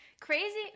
Crazy